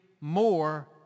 more